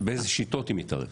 באיזה שיטות היא מתערבת?